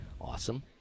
Awesome